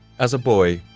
as a boy,